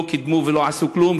לא קידמו ולא עשו כלום,